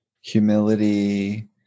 humility